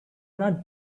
not